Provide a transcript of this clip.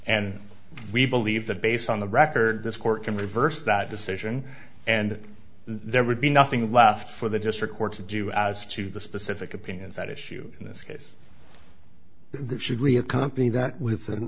and we believe that based on the record this court can reverse that decision and there would be nothing left for the district court to do as to the specific opinions at issue in this case that should be a company that w